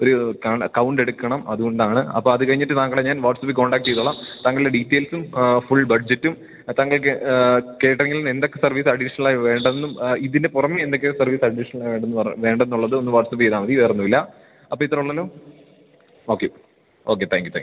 ഒരു കൗണ്ടെടുക്കണം അത്കൊണ്ടാണ് അപ്പോൾ അത് കഴിഞ്ഞിട്ട് താങ്കളെ ഞാൻ വാട്സപ്പി കോൺടാക്റ്റ് ചെയ്തോളാം താങ്കളുടെ ഡീറ്റെയ്ൽസും ഫുൾ ബഡ്ജറ്റും താങ്കൾക്ക് കാറ്ററിംഗിൽ എന്തൊക്കെ സർവീസ് അഡീഷ്നലായി വേണ്ടെന്നും ഇതിന് പുറമേ എന്തൊക്കെ സർവീസ് അഡീഷ്നലായി വേണ്ടെന്ന് പറ വേണ്ടെന്നുള്ളത് ഒന്ന് വാട്സപ്പ് ചെയ്താൽ മതി വേറൊന്നും ഇല്ല അപ്പോൾ ഇത്ര ഉള്ളല്ലോ okay okay thank you thank you